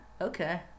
Okay